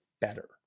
better